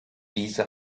diese